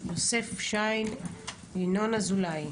יוסף שיין וינון אזולאי.